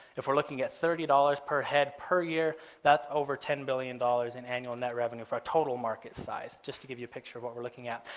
if we're looking at thirty dollars per head per year that's over ten billion dollars in annual net revenue for a total market size just to give you a picture of what we're looking at.